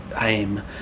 aim